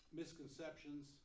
misconceptions